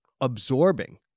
absorbing